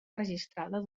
registrada